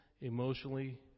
emotionally